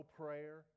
prayer